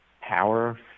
power